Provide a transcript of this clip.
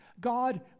God